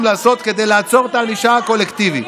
לעשות כדי לעצור את הענישה הקולקטיבית.